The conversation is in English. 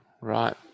right